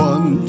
One